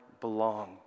belong